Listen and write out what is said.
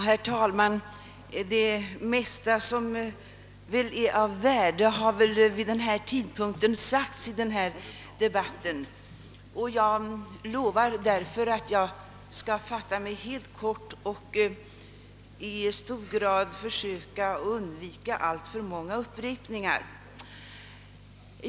Herr talman! Det mesta som är av värde har väl vid denna tidpunkt redan sagts i debatten och jag lovar därför att fatta mig helt kort och i någon mån försöka undvika upprepningar.